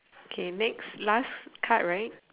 okay next last card right